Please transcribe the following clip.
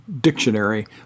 dictionary